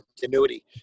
continuity